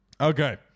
Okay